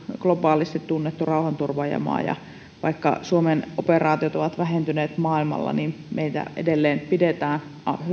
globaalisti tunnettu rauhanturvaajamaa vaikka suomen operaatiot ovat vähentyneet maailmalla niin meitä edelleen pidetään